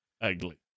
Ugly